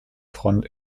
front